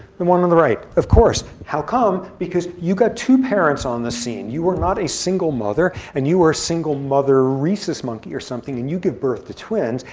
the one of the right, of course. how come? because you've got two parents on the scene. you are not a single mother. and you are a single mother rhesus monkey or something, and you give birth to twins,